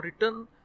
written